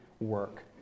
work